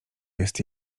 jest